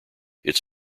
its